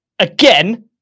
again